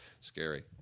Scary